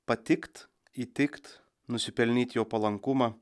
patikt įtikt nusipelnyt jo palankumą